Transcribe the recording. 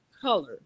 color